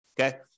Okay